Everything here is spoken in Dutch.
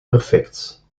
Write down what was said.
perfect